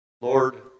Lord